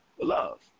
love